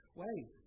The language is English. ways